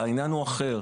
העניין הוא אחר,